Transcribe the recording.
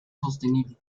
sostenible